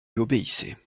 obéissait